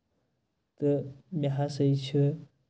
تہٕ مےٚ ہسا چھُ